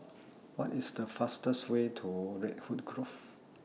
What IS The fastest Way to Redwood Grove